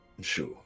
Sure